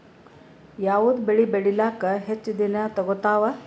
ಯಾವದ ಬೆಳಿ ಬೇಳಿಲಾಕ ಹೆಚ್ಚ ದಿನಾ ತೋಗತ್ತಾವ?